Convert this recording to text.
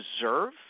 deserve